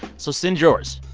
so send yours.